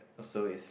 also is